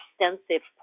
extensive